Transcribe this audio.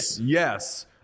yes